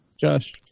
Josh